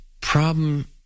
problem